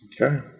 Okay